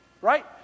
right